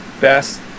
best